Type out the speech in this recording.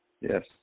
Yes